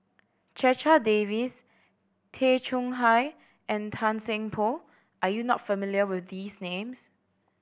Checha Davies Tay Chong Hai and Tan Seng Poh are you not familiar with these names